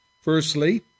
Firstly